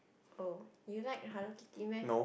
oh you like Hello-Kitty meh